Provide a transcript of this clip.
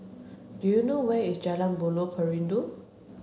do you know where is Jalan Buloh Perindu